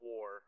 War